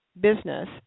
business